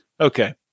Okay